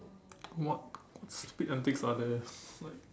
what stupid antics are there like